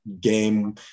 game